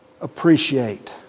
appreciate